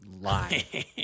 Lie